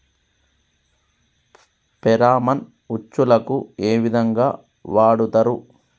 Pheromone ఉచ్చులకు ఏ విధంగా వాడుతరు?